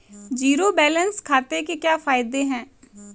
Zero balance खाते के क्या फायदे हैं?